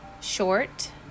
short